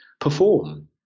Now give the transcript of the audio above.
perform